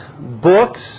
books